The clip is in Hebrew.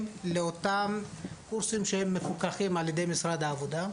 לאותם קורסים שהם מפוקחים על ידי משרד העבודה,